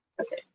okay